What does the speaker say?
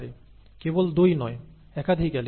কেবল 2 নয় একাধিক অ্যালিল